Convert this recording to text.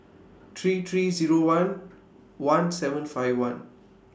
three three Zero one one seven five one